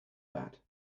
that